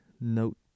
note